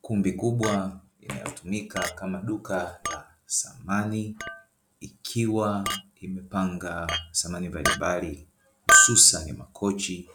Kumbi kubwa inayotumika kama duka la samani ikiwa imepanga samani mbalimbali, hususa ni makochi